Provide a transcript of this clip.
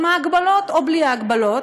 עם ההגבלות או בלי ההגבלות,